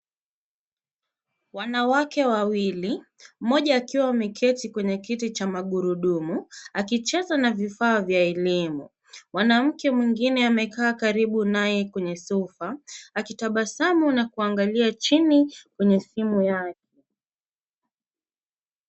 Wanawake wawili, mmoja akiwa ameketi kwenye kiti cha magurudumu, akicheza na vifaa vya elimu. Mwanamke mwingine amekaa karibu naye kwenye sofa, akitabasamu na kuangalia chini kwenye simu yake.